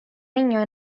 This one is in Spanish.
niños